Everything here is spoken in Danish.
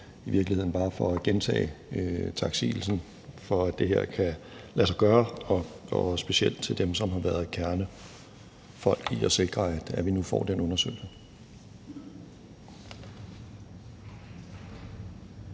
i virkeligheden bare for at gentage taksigelsen for, at det her kan lade sig gøre – og specielt en tak til dem, der har været kernen i at sikre, at vi nu får den undersøgelse.